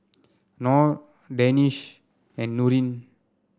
Nor Danish and Nurin